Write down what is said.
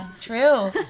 true